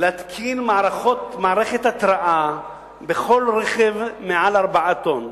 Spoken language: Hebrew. להתקין מערכת התרעה בכל רכב מעל 4 טונות,